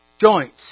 Joints